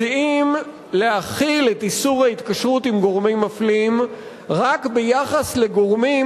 מציעים להחיל את איסור ההתקשרות עם גורמים מפלים רק ביחס לגורמים